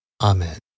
Amen